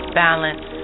balance